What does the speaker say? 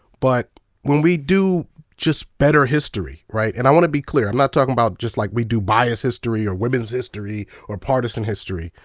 but when we do just better history and i want to be clear, i'm not talking about just like we do biased history or women's history or partisan history,